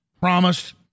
promised